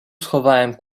schowałem